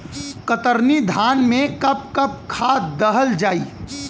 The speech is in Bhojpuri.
कतरनी धान में कब कब खाद दहल जाई?